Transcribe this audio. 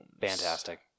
Fantastic